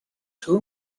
too